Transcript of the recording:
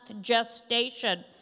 gestation